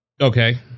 Okay